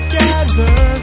Together